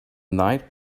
night